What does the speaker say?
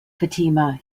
fatima